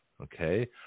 okay